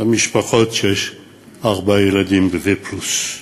המשפחות שיש בהן ארבעה ילדים ופלוס,